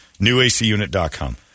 newacunit.com